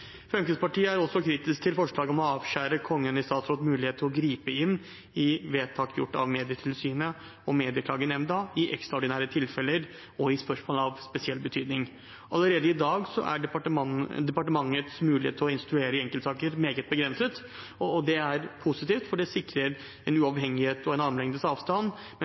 Fremskrittspartiet er også kritisk til forslaget om å avskjære Kongen i statsråds mulighet til å gripe inn i vedtak gjort av Medietilsynet og Medieklagenemnda i ekstraordinære tilfeller og i spørsmål av spesiell betydning. Allerede i dag er departementets mulighet til å instruere i enkeltsaker meget begrenset, og det er positivt, for det sikrer uavhengighet og